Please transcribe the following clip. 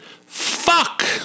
Fuck